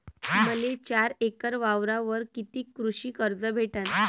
मले चार एकर वावरावर कितीक कृषी कर्ज भेटन?